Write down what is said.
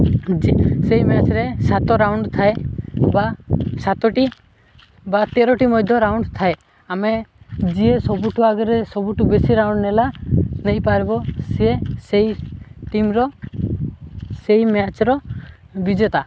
ଯେ ସେଇ ମ୍ୟାଚ୍ରେ ସାତ ରାଉଣ୍ଡ ଥାଏ ବା ସାତଟି ବା ତେରଟି ମଧ୍ୟ ରାଉଣ୍ଡ ଥାଏ ଆମେ ଯିଏ ସବୁଠୁ ଆଗରେ ସବୁଠୁ ବେଶୀ ରାଉଣ୍ଡ ନେଲା ନେଇପାର୍ବ ସିଏ ସେଇ ଟିମ୍ର ସେଇ ମ୍ୟାଚ୍ର ବିଜେତା